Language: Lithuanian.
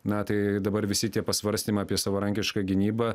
na tai dabar visi tie pasvarstymai apie savarankišką gynybą